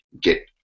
get